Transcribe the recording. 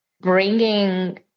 bringing